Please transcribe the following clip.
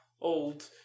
Old